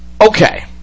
okay